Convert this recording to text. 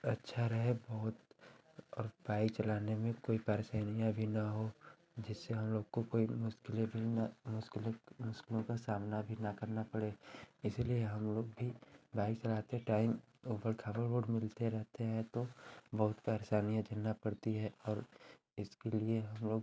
अच्छा रहे बहुत और बाइक चलाने में कोई परेशानियाँ भी ना हों जिससे हम लोग को कोई मुश्किलें भी ना मुश्किलें मुश्किलों का सामना भी ना करना पड़े इसीलिए हम लोग भी बाइक चलाते टाइम ऊबड़ खाबड़ रोड मिलती रहती है तो बहुत परेशानियाँ झेलना पड़ती हैं और इसके लिए हम लोग